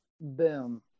Boom